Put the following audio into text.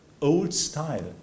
old-style